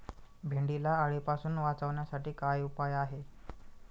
भेंडीला अळीपासून वाचवण्यासाठी काय उपाय आहे?